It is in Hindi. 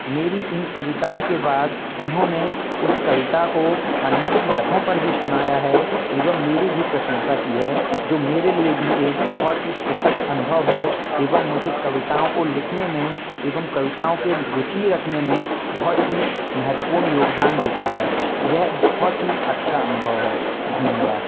मेरी इन कविताओं के बाद उन्होंने उस कविता को अन्यत्र जगहों पर भी सुनाया है एवम मेरी भी प्रशंसा की जाए जो मेरे लिए भी एक बहुत ही सुखद अनुभव है एवम मुझे कविताओं को लिखने में एवम कविताओं के रुचि रखने में बहुत ही महत्वपूर्ण योगदान देता है यह बहुत ही अच्छा अनुभव है धन्यवाद